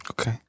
Okay